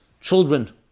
Children